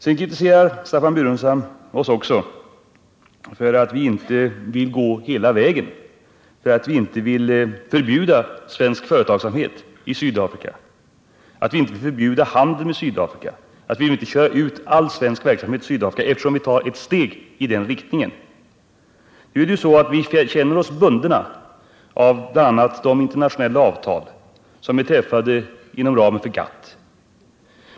Sedan kritiserar Staffan Burenstam Linder oss också för att vi inte vill gå hela vägen, för att vi inte vill förbjuda svensk företagsamhet i Sydafrika, för att vi inte vill förbjuda handel med Sydafrika, för att vi inte vill köra ut all svensk verksamhet i Sydafrika. Vi tar ett steg i den riktningen. Nu är det ju så att vi känner oss bundna av bl.a. de internationella avtal som är träffade inom ramen för GATT.